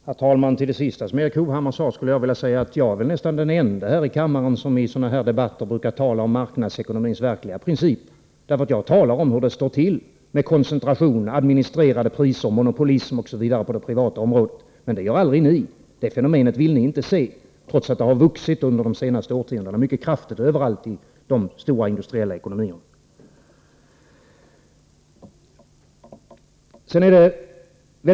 Herr talman! Beträffande det sista som Erik Hovhammar sade skulle jag vilja genmäla att jag väl är den ende här i kammaren som i sådana här debatter brukar tala om marknadsekonomins verkliga principer. Jag talar om hur det står till med koncentration, administrerade priser, monopolism osv. på det privata området. Men det gör aldrig ni. Det fenomenet vill ni inte se, trots att det har vuxit mycket kraftigt under de senaste årtiondena överallt i de stora industriella ekonomierna.